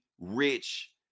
rich